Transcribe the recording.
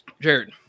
Jared